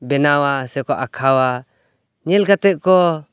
ᱵᱮᱱᱟᱣᱟ ᱥᱮᱠᱚ ᱟᱠᱷᱟᱣᱟ ᱧᱮᱞ ᱠᱟᱛᱮᱫ ᱠᱚ